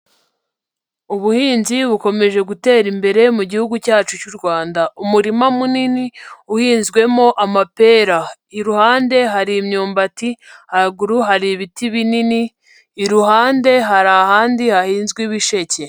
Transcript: Ubuhinzi bukomeje gutera imbere mu gihugu cyacu cy'u Rwanda. Umurima munini uhinzwemo amapera. Iruhande hari imyumbati, haraguru hari ibiti binini, iruhande hari ahandi hahinzwe ibisheke.